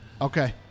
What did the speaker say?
Okay